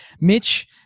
Mitch